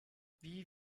wie